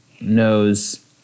knows